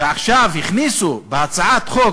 שעכשיו הכניסו בהצעת החוק